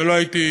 ולא הייתי